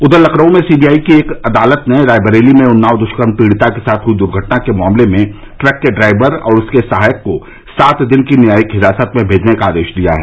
उधर लखनऊ में सीबीआई की एक अदालत ने रायबरेली में उन्नाव दुष्कर्म पीड़िता के साथ हुई दुर्घटना के मामले में ट्रक के ड्राइवर और उसके सहायक को सात दिन की न्यायिक हिरासत में भेजने का आदेश दिया है